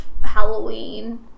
Halloween